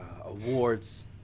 awards